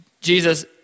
Jesus